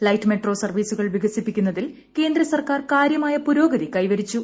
light metro സർവീസുകൾ വികസിപ്പിക്കുന്നതിൽ കേന്ദ്ര സർക്കാർ കാര്യമായ പുരോഗതി കൈവരിച്ചു